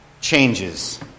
changes